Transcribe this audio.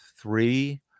three